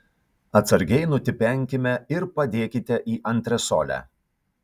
atsargiai nutipenkime ir padėkite į antresolę